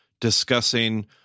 discussing